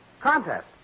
Contest